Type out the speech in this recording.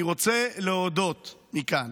אני רוצה להודות מכאן